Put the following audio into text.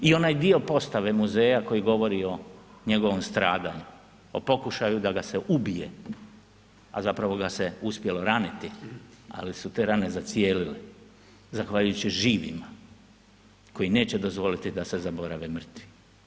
I onaj dio postave muzeja koji govori o njegovom stradanju, o pokušaju da ga se ubije, a zapravo ga se uspjelo raniti, ali tu te rane zacijelile zahvaljujući živima koji neće dozvoliti da se zaborave mrtvi.